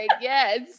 yes